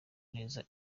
neza